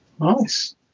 Nice